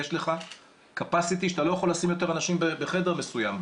יש לך קפסיטי שאתה לא יכול לשים אנשים בחדר מסוים,